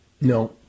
No